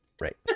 Right